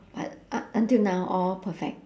but up until now all perfect